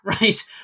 right